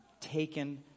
taken